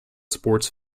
sports